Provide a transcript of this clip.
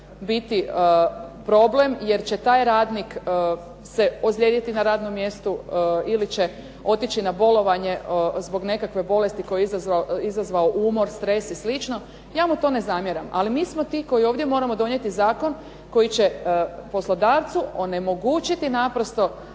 biti problem jer će taj radnik se ozlijediti na radnom mjestu ili će otići na bolovanje zbog nekakve bolesti koju je izazvao umor, stres i slično ja mu to ne zamjeram. Ali mi smo ti koji moramo ovdje donijeti zakon koji će poslodavcu onemogućiti naprosto